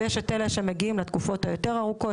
ויש כאלה שמגיעים לתקופות היותר ארוכות,